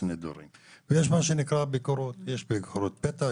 יש מה שנקרא ביקורות יש ביקורות פתע,